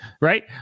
right